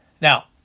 Now